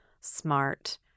smart